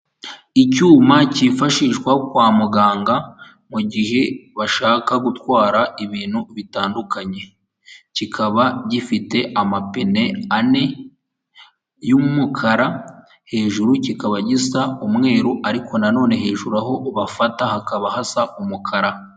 Icyuma cyifashishwa kwa muganga mugihe bashaka gutwara ibintu bitandukanye kikaba gifite amapine ane y'umukara hejuru kikaba gisa umweru ariko nanonene hejuru aho ubafata hakaba hasa umukara.